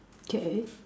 K